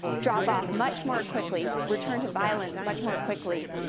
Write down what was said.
drop off much more quickly, return to violence much more quickly,